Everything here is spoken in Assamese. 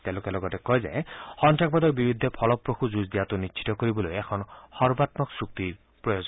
তেওঁলোকে লগতে কয় যে সন্তাসবাদৰ বিৰুদ্ধে ফলপ্ৰসু যুঁজ দিয়াটো নিশ্চিত কৰিবলৈ এখন সৰ্বাত্মক চুক্তিৰ প্ৰয়োজন